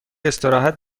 استراحت